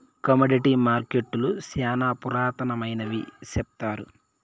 commodity మార్కెట్టులు శ్యానా పురాతనమైనవి సెప్తారు